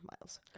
miles